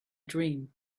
dream